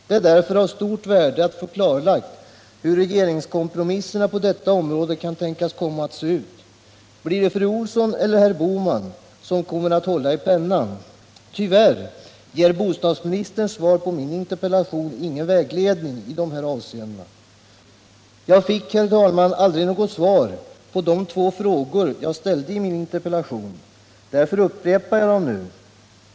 Det är därför av stort värde att få klarlagt hur regeringskompromisserna på detta område kan komma att se ut. Blir det fru Olsson eller herr Bohman som kommer att hålla i pennan? Tyvärr ger bostadsministerns svar på min interpellation ingen vägledning i detta avseende. Jag fick, herr talman, aldrig något svar på de två frågor som jag ställt i min interpellation. Därför upprepar jag dem nu.